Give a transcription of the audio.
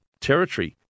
territory